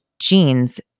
genes